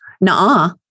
Nah